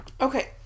okay